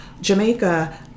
Jamaica